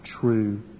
true